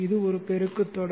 இது ஒரு பெருக்கு தொடர்